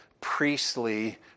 priestly